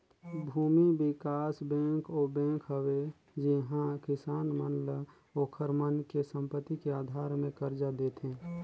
भूमि बिकास बेंक ओ बेंक हवे जिहां किसान मन ल ओखर मन के संपति के आधार मे करजा देथे